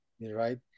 right